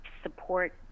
support